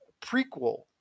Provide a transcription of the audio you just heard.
prequel